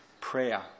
Prayer